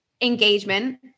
engagement